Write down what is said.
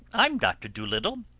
i'm doctor dolittle,